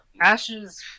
Ashes